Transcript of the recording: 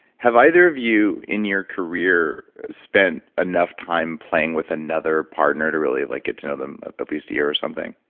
have either of you in your career spent enough time playing with another partner to really like get to know them at least a year or something?